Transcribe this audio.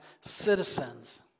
citizens